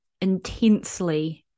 intensely